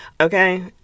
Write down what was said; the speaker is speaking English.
Okay